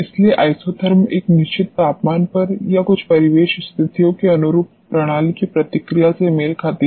इसलिए आइसोथर्म एक निश्चित तापमान या कुछ परिवेश स्थितियों के अनुरूप प्रणाली की प्रतिक्रिया से मेल खाती है